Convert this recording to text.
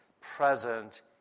present